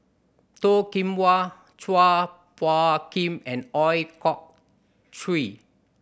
Toh Kim Hwa Chua Phung Kim and Ooi Kok Chuen